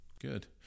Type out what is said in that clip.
Good